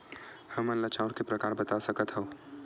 हमन ला चांउर के प्रकार बता सकत हव?